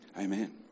Amen